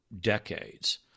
decades